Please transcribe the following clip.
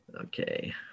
Okay